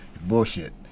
bullshit